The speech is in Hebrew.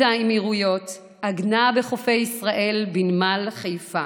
האמירויות עגנה בחופי ישראל בנמל חיפה.